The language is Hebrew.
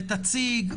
ותציג,